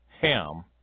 Ham